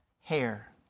hair